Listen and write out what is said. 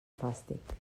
fàstic